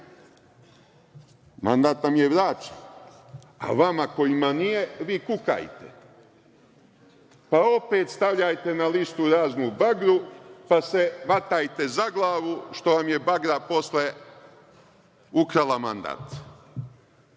Mandat nam je vraćen, a vama kojima nije vi kukajte, pa opet stavljajte na listu raznu bagru, pa se vatajte za glavu što vam je bagra posle ukrala mandat. Evo,